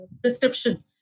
prescription